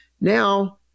Now